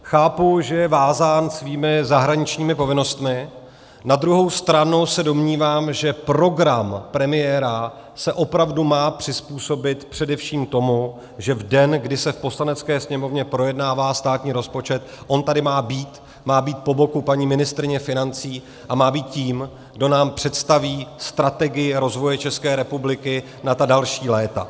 Chápu, že je vázán svými zahraničními povinnostmi, na druhou stranu se domnívám, že program premiéra se opravdu má přizpůsobit především tomu, že v den, kdy se v Poslanecké sněmovně projednává státní rozpočet, on tady má být, má být po boku paní ministryně financí a má být tím, kdo nám představí strategii rozvoje České republiky na ta další léta.